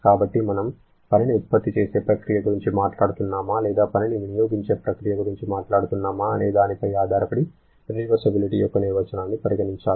కాబట్టి మనం పనిని ఉత్పత్తి చేసే ప్రక్రియ గురించి మాట్లాడుతున్నామా లేదా పనిని వినియోగించే ప్రక్రియ గురించి మాట్లాడుతున్నామా అనేదానిపై ఆధారపడి ఇర్రివర్సిబిలిటి యొక్క నిర్వచనాన్ని పరిగణించాలి